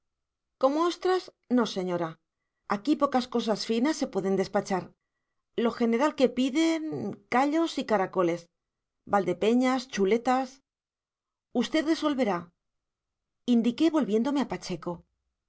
como ostras no señora aquí pocas cosas finas se pueden despachar lo general que piden callos y caracoles valdepeñas chuletas usted resolverá indiqué volviéndome a pacheco